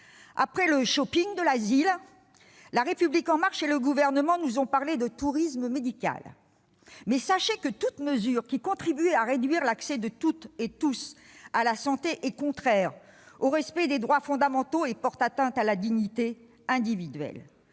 Après le « shopping de l'asile », La République En Marche et le Gouvernement nous ont parlé de « tourisme médical ». Mais sachez que toute mesure qui contribue à réduire l'accès de toutes et tous à la santé est contraire au respect des droits fondamentaux et porte atteinte à la dignité individuelle.